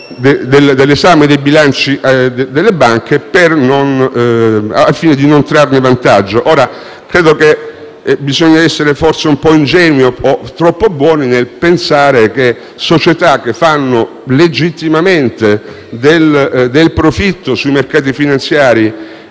l'esame dei bilanci delle banche al fine di trarne vantaggio. Ebbene, credo che bisogna essere forse un po' ingenui, o troppo buoni, se ci si aspetta che società, che fanno legittimamente del profitto sui mercati finanziari,